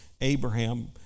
Abraham